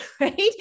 right